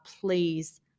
Please